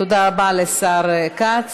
תודה רבה לשר כץ.